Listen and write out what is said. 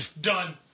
Done